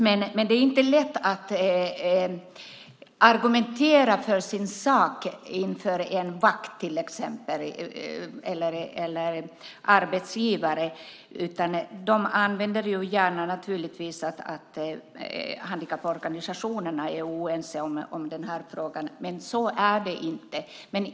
Men det är inte lätt att argumentera för sin sak inför till exempel en vakt eller en arbetsgivare. De hänvisar naturligtvis gärna till att handikapporganisationerna är oense om denna fråga. Men så är det inte.